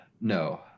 no